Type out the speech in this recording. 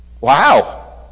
Wow